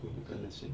to look at nursing